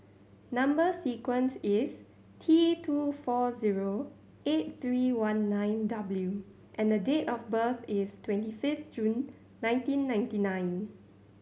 number sequence is T two four zero eight three one nine W and date of birth is twenty fifth June nineteen ninety nine